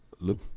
Look